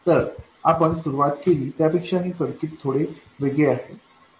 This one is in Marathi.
तर आपण सुरुवात केली त्यापेक्षा हे सर्किट थोडे वेगळे आहे